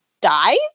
dies